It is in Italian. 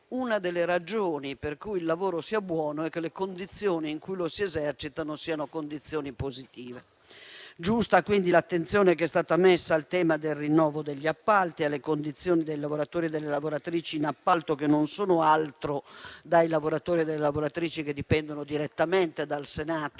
una delle ragioni per cui il lavoro sia buono è che le condizioni in cui lo si esercita siano positive. È quindi giusta l'attenzione che è stata messa al tema del rinnovo degli appalti e alle condizioni di lavoro dei lavoratori e delle lavoratrici in appalto, che non sono altro dai lavoratori e delle lavoratrici direttamente dipendenti dal Senato